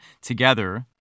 together